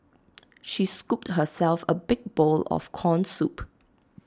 she scooped herself A big bowl of Corn Soup